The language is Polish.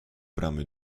bramy